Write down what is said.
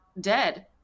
dead